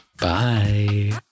Bye